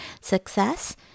Success